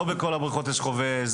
לא בכול הבריכות יש חובש,